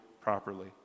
properly